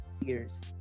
years